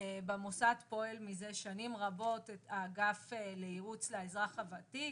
במוסד פועל מזה שנים רבות האגף לייעוץ לאזרח הוותיק,